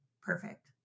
perfect